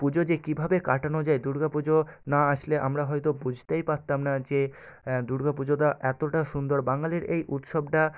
পুজো যে কীভাবে কাটানো যায় দুর্গা পুজো না আসলে আমরা হয়তো বুঝতেই পারতাম না যে দুর্গা পুজোটা এতোটা সুন্দর বাঙালির এই উৎসবটা